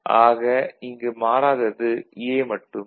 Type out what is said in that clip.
ஆக இங்கு மாறாதது A மட்டுமே